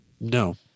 no